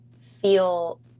feel